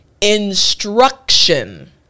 instruction